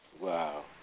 Wow